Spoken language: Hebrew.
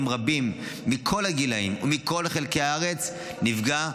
רבים מכל הגילים ומכל חלקי הארץ נפגע,